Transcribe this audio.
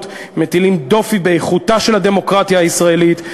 מטילים דופי באיכותה של הדמוקרטיה הישראלית,